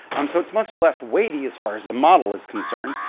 um so it's much less weighty as far as the model is concerned,